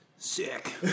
Sick